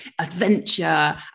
adventure